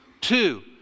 Two